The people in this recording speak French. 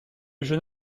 jeune